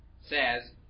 says